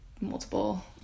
multiple